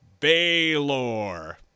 Baylor